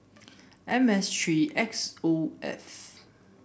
M S three X O F